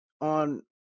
on